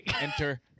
Enter